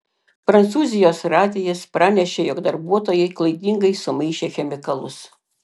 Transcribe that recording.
prancūzijos radijas pranešė jog darbuotojai klaidingai sumaišė chemikalus